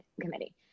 Committee